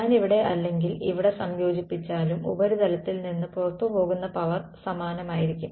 ഞാൻ ഇവിടെ അല്ലെങ്കിൽ ഇവിടെ സംയോജിപ്പിച്ചാലും ഉപരിതലത്തിൽ നിന്ന് പുറത്തുപോകുന്ന പവർ സമാനമായിരിക്കും